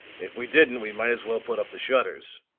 if we didn't we might as well put up the shutters.